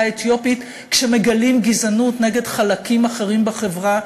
האתיופית כשמגלים גזענות נגד חלקים אחרים בחברה,